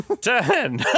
Ten